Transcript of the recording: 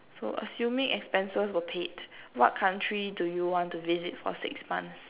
so assuming expenses were paid what country do you want to visit for six months